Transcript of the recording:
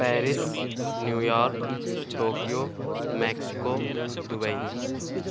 Paris New York Tokyo Mexico Dubai